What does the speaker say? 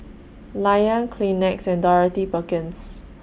Lion Kleenex and Dorothy Perkins